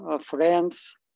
friends